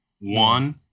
one